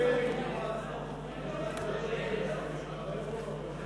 מסדר-היום את הצעת חוק התכנון